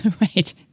Right